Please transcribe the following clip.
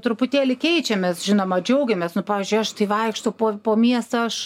truputėlį keičiamės žinoma džiaugiamės nu pavyzdžiui aš tai vaikštau po po miestą aš